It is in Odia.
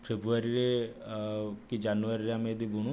ଫେବୃୟାରୀରେ ଆଉ କି ଜାନୁୟାରୀରେ ଆମେ ଯଦି ବୁଣୁ